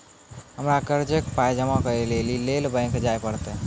हमरा कर्जक पाय जमा करै लेली लेल बैंक जाए परतै?